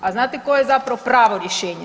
A znate koje je zapravo pravo rješenje?